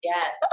Yes